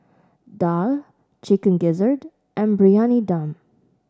Daal Chicken Gizzard and Briyani Dum